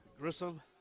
Grissom